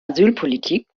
asylpolitik